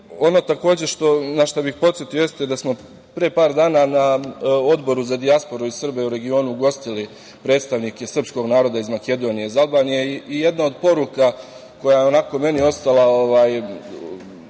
takođe na šta bih podsetio jeste da smo pre par dana na Odboru za dijasporu i Srbe u regionu ugostili predstavnike srpskog naroda iz Makedonije i iz Albanije. Jedna od poruka koja je meni ostala u